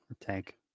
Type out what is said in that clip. Tank